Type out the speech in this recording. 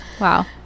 wow